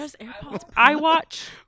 iWatch